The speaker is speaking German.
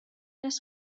des